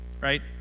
right